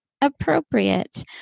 appropriate